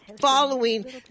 following